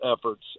efforts